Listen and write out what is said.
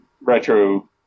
retro